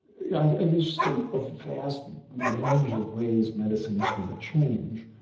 i there's a vast range of ways medicine is going to change,